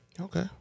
Okay